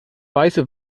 weiße